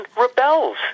rebels